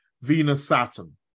Venus-Saturn